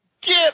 get